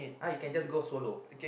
ah you can just go solo